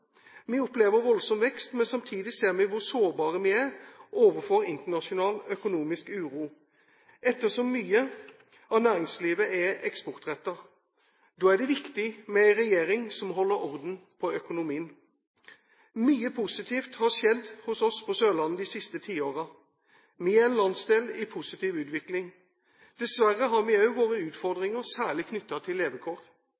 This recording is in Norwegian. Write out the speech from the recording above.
Vi opplever voldsom vekst, men samtidig ser vi hvor sårbare vi er overfor internasjonal økonomisk uro ettersom mye av næringslivet er eksportrettet. Da er det viktig med en regjering som holder orden på økonomien. Mye positivt har skjedd hos oss på Sørlandet de siste tiårene. Vi er en landsdel i positiv utvikling. Dessverre har vi